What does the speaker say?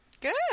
Good